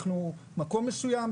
אנחנו מקום מסוים.